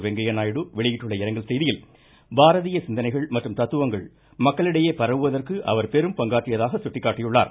வெங்கைய நாயுடு வெளியிட்டுள்ள இரங்கல் செய்தியில் பாரதிய சிந்தனைகள் மற்றும் தத்துவங்கள் மக்களிடையே பரவுவதற்கு அவர் பெரும் பங்காற்றியதாக சுட்டிக்காட்டியுள்ளார்